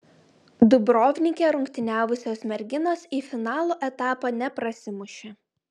dubrovnike rungtyniavusios merginos į finalo etapą neprasimušė